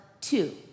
two